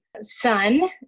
son